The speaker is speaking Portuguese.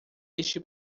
este